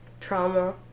trauma